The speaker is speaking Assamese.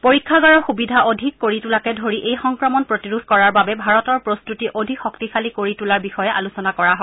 পৰীক্ষাগাৰৰ সুবিধা অধিক কৰি তোলাকে ধৰি এই সংক্ৰমণক প্ৰতিৰোধ কৰাৰ বাবে ভাৰতৰ প্ৰস্তুতি অধিক শক্তিশালী কৰি তোলাৰ বিষয়ে আলোচনা কৰা হয়